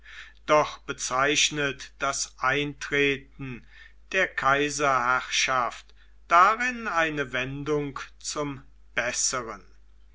doch bezeichnet das eintreten der kaiserherrschaft darin eine wendung zum besseren